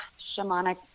shamanic